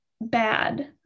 bad